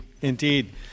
indeed